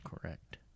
correct